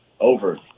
over